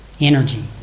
energy